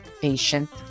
patient